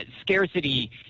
scarcity